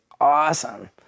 awesome